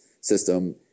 system